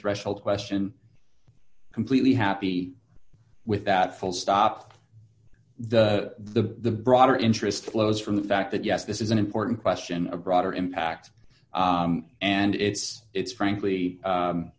threshold question completely happy with that full stop the broader interest flows from the fact that yes this is an important question a broader impact and it's it's frankly